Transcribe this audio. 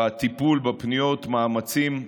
בטיפול בפניות, מאמצים גדולים,